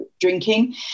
drinking